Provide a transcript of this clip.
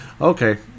okay